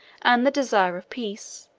and the desire of peace,